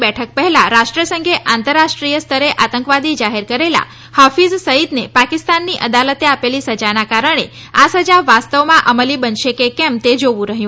ની બેઠક પહેલાં રાષ્ટ્રસંઘે આંતરરાષ્ટ્રીય સ્તરે આતંકવાદી જાહેર કરેલા હાફીઝ સઈદને પાકિસ્તાનની અદાલતે આપેલી સજાના કારણે આ સજા વાસ્તવમાં અમલી બનશે કે કેમ તે જોવું રહ્યું